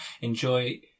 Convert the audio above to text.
Enjoy